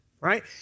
right